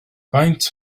faint